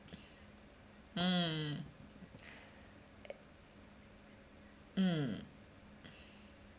mm mm